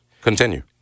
Continue